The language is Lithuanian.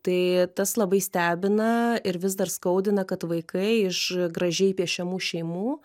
tai tas labai stebina ir vis dar skaudina kad vaikai iš gražiai piešiamų šeimų